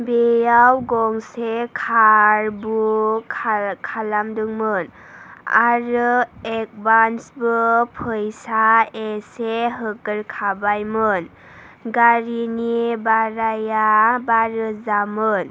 बेयाव गंसे खार बुख खालामदोंमोन आरो एदभान्सबो फैसा एसे होग्रोखाबायमोन गारिनि भाराया बा रोजामोन